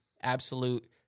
absolute